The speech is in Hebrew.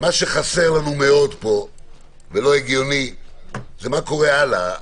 מה שחסר לנו מאוד פה ולא הגיוני זה מה קורה הלאה.